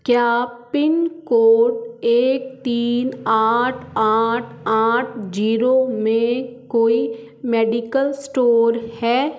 क्या पिनकोड एक तीन आठ आठ आठ जीरो में कोई मेडिकल स्टोर है